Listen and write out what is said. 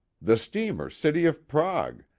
the steamer city of prague,